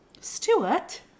stewart